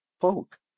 folk